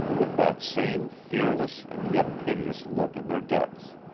with that same fearless and yet piteous look in their depths.